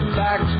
back